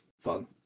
fun